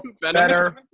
better